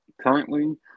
currently